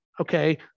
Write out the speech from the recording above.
okay